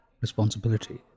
responsibility